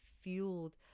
fueled –